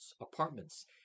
apartments